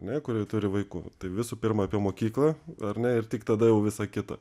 ne kuri turi vaikų tai visų pirma apie mokyklą ar ne ir tik tada jau visa kita